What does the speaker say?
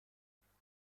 خانوادت